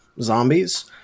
zombies